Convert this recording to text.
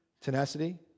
Tenacity